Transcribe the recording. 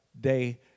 day